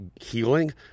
healing